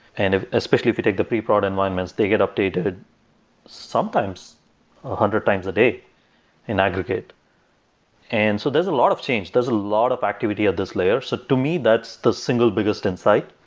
and especially if we take the pre-prod environments, they get updated sometimes a hundred times a day in aggregate and so there's a lot of change. there's a lot of activity at this layer. so to me, that's the single biggest insight.